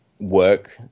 work